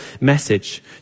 message